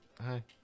Hi